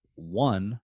one